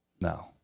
No